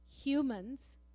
humans